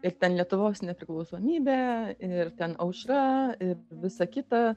ir ten lietuvos nepriklausomybė ir ten aušra ir visa kita